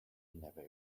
never